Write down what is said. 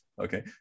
okay